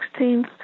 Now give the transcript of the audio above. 16th